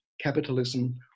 capitalism